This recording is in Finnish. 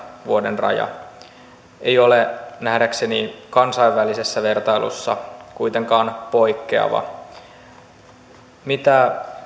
vuoden raja ei ole nähdäkseni kansainvälisessä vertailussa kuitenkaan poikkeava mitä